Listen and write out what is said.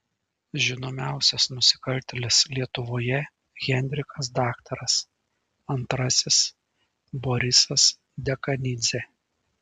žinomiausias nusikaltėlis lietuvoje henrikas daktaras antrasis borisas dekanidzė